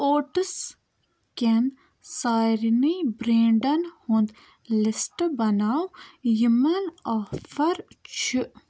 اوٹَس کٮ۪ن سارِنٕے برٛینٛڈن ہُنٛد لِسٹہٕ بناو یِمَن آفر چھُ